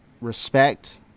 respect